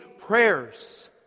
prayers